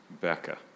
Becca